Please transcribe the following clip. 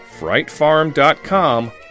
Frightfarm.com